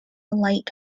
light